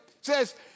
says